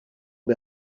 the